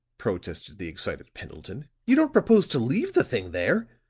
protested the excited pendleton, you don't propose to leave the thing there!